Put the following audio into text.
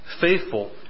faithful